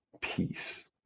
peace